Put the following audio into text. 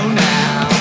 now